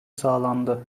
sağlandı